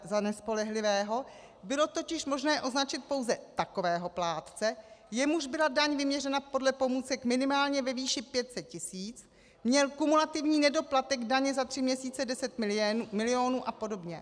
Za nespolehlivého bylo totiž možné označit pouze takového plátce, jemuž byla daň vyměřena podle pomůcek minimálně ve výši 500 tisíc, měl kumulativní nedoplatek daně za tři měsíce 10 milionů apod.